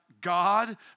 God